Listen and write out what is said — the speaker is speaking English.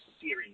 series